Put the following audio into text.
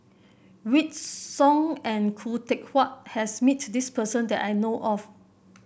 Wykidd Song and Khoo Teck Puat has met this person that I know of